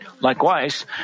Likewise